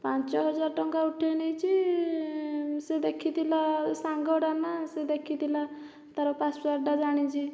ପାଞ୍ଚହଜାର ଟଙ୍କା ଉଠାଇନେଇଛି ସେ ଦେଖିଥିଲା ସାଙ୍ଗଟା ନା ସେ ଦେଖିଥିଲା ତାର ପାସୱାର୍ଡ଼ଟା ଜାଣିଛି